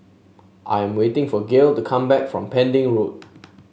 I am waiting for Gale to come back from Pending Road